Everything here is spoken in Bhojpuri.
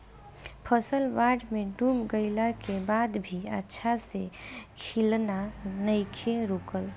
फसल बाढ़ में डूब गइला के बाद भी अच्छा से खिलना नइखे रुकल